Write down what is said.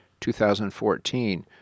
2014